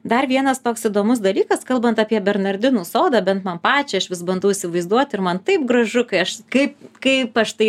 dar vienas toks įdomus dalykas kalbant apie bernardinų sodą bent man pačiai aš vis bandau vaizduot ir man taip gražu kai aš kaip kaip aš tai